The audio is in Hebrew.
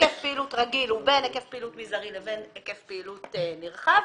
היקף פעילות רגיל הוא בין היקף פעילות מזערי לבין היקף פעילות נרחב,